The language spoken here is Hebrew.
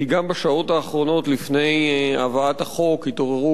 כי גם בשעות האחרונות לפני העברת החוק התעוררו